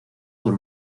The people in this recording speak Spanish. por